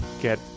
get